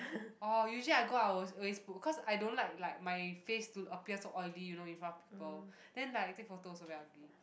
orh usually I go out I will always cause I don't like like my face to appears so oily you know in front of people then like take photos also very ugly